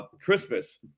Christmas